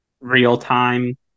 real-time